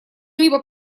либо